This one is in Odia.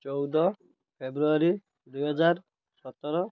ଚଉଦ ଫେବୃଆରୀ ଦୁଇହଜାର ସତର